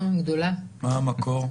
מה המקור?